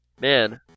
Man